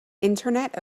internet